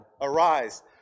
arise